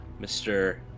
Mr